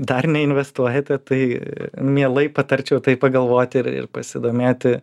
dar neinvestuojate tai mielai patarčiau tai pagalvoti ir ir pasidomėti